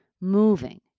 moving